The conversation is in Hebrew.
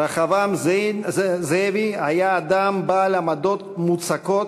רחבעם זאבי היה אדם בעל עמדות מוצקות,